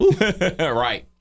right